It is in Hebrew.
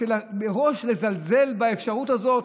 מראש לזלזל באפשרות הזאת,